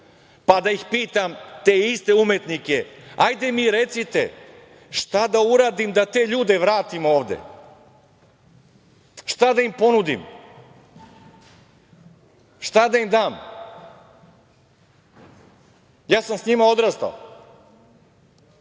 Pa, da ih pitam, te iste umetnike, hajde mi recite, šta da uradim da te ljude vratim ovde? Šta da im ponudim? Šta da im dam? Ja sam s njima odrastao.